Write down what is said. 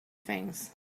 things